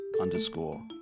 underscore